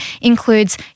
includes